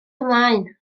ymlaen